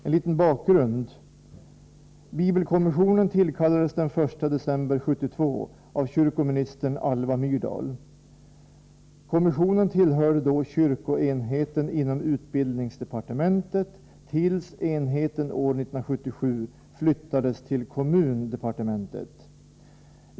En liten bakgrund: Bibelkommissionen tillkallades den 1 december 1972 av kyrkoministern Alva Myrdal. Kommissionen tillhörde kyrkoenheten inom utbildningsdepartementet, tills enheten år 1977 flyttades till kommundepartementet.